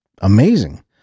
amazing